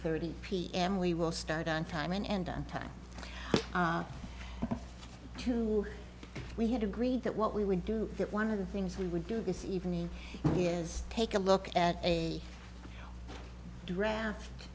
thirty pm we will start on time and on time two we had agreed that what we would do that one of the things we would do this evening is take a look at a draft